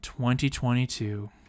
2022